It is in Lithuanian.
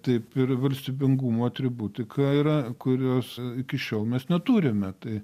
taip ir valstybingumo atributika yra kurios iki šiol mes neturime tai